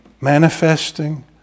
manifesting